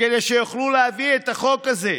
כדי שיוכלו להביא את החוק הזה.